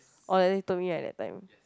oh you told me like that time